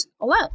alone